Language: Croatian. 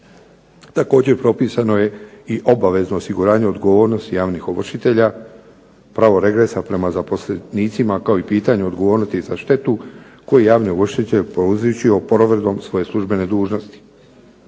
Također je propisano i obavezno osiguranje odgovornosti javnih ovršitelja, pravo regresa zaposlenicima kao i pitanje odgovornosti za štetu koje je javni ovršitelj prouzročio provedbom svoje službene dužnosti.